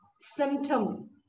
symptom